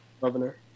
governor